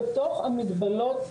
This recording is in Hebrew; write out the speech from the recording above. בתוך המגבלות,